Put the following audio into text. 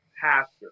pastor